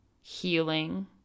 healing